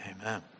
amen